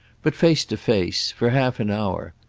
but face to face for half an hour.